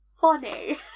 funny